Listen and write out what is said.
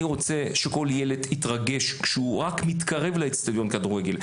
אני רוצה שכל ילד יתרגש כשהוא רק מתקרב לאצטדיון כדורגל,